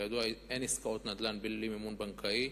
וכידוע אין עסקאות נדל"ן בלי ליווי בנקאי,